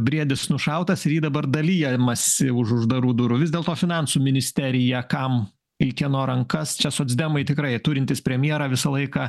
briedis nušautas ir jį dabar dalijamasi už uždarų durų vis dėlto finansų ministerija kam į kieno rankas čia socdemai tikrai turintys premjerą visą laiką